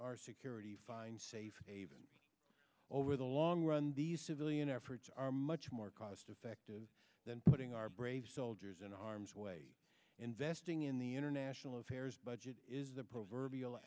our security find safe haven over the long run these civilian efforts are much more cost effective than putting our brave soldiers in arms way investing in the international affairs budget is the proverbial